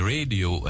Radio